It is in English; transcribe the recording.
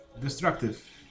Destructive